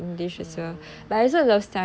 mm